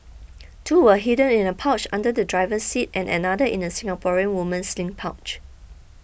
two were hidden in a pouch under the driver's seat and another in a Singaporean woman's sling pouch